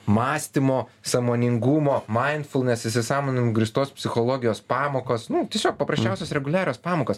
mąstymo sąmoningumo mainfulnes įsisąmoninimu grįstos psichologijos pamokos nu tiesiog paprasčiausios reguliarios pamokos